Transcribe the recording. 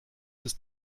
ist